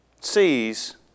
sees